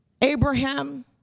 Abraham